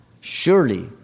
surely